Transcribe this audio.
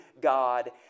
God